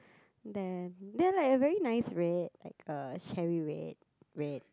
then they are like a very nice red like a cherry red red